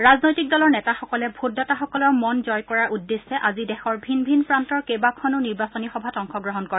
ৰাজনৈতিক দলৰ নেতাসকলে ভোটদাতাসকলৰ মন জয় কৰাৰ উদ্দেশ্যে আজি দেশৰ ভিন ভিন প্ৰান্তৰ কেইবাখনো নিৰ্বাচনী সভাত অংশগ্ৰহণ কৰে